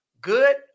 Good